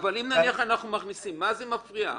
אם אנחנו מכניסים, מה זה מפריע?